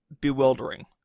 bewildering